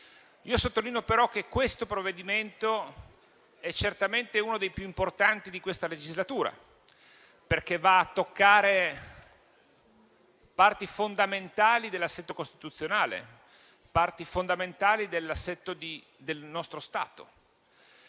sottolineo, però, che questo provvedimento è certamente uno dei più importanti di questa legislatura, perché va a toccare parti fondamentali dell'assetto costituzionale e del nostro Stato.